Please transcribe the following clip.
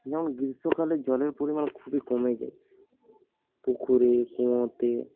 যেমন গ্রীষ্মকালে জলের পরিমাণ খুবই কমে যায় পুকুরে কুয়োতে